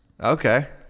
Okay